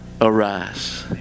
arise